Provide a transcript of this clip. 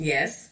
Yes